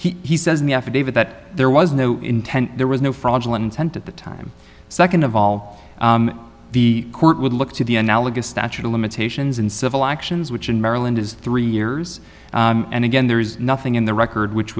trust he says in the affidavit that there was no intent there was no fraudulent intent at the time second of all the court would look to the analogous statute of limitations in civil actions which in maryland is three years and again there is nothing in the record which